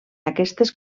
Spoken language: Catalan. aquestes